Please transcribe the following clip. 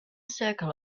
circle